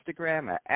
Instagram